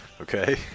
Okay